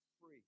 free